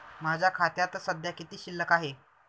माझ्या खात्यात सध्या किती शिल्लक आहे?